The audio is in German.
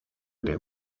der